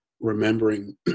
remembering